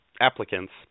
applicants